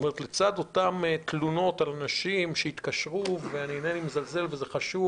כלומר לצד אותן תלונות על אנשים שהתקשרו ואינני מזלזל וזה חשוב